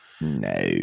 No